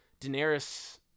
Daenerys